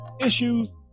issues